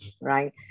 Right